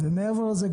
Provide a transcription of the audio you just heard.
מעבר לזה,